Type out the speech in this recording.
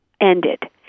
ended